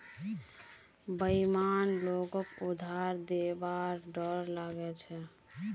बेईमान लोगक उधार दिबार डोर लाग छ